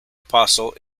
apostle